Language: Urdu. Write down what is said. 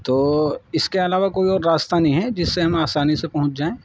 تو اس کے علاوہ کوئی اور راستہ نہیں ہے جس سے ہم آسانی سے پہنچ جائیں